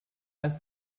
lass